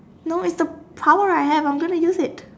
no it's the power I have I'm gonna use it